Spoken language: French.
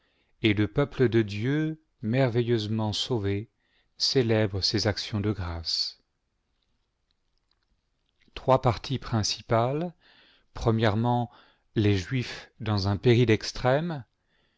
et le peuple de dieu merveilleusement sauvé célèbre ses actions de grâces trois parties principales les juifs dans un péril extrême